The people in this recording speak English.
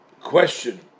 question